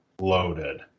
loaded